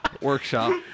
Workshop